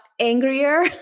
angrier